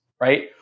right